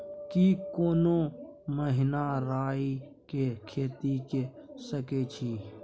की कोनो महिना राई के खेती के सकैछी?